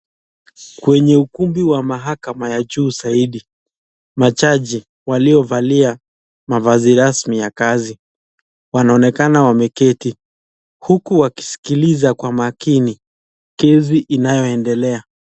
Kwenye ukumbi wa mahakama ya juu zaidi. Majaji waliovalia mavazi rasmi ya kazi wanaonekana wameketi huku wakisikiliza kwa makini kesi inayoendelea.